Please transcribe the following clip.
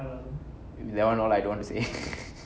that one all I don't want to say